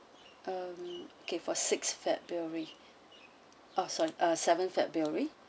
um okay for six february oh sorry on a seven february